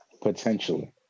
potentially